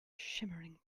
shimmering